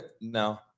No